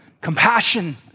Compassion